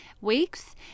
weeks